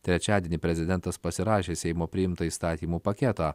trečiadienį prezidentas pasirašė seimo priimtą įstatymų paketą